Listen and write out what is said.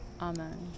amen